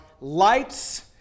lights